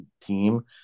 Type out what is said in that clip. team